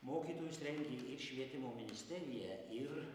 mokytojus rengė ir švietimo ministerija ir